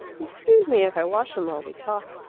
excuse me if i wash him while we talk.